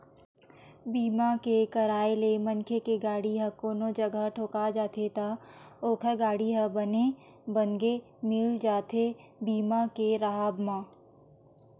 बीमा के कराय ले मनखे के गाड़ी ह कोनो जघा ठोका जाथे त ओखर गाड़ी ह बने बनगे मिल जाथे बीमा के राहब म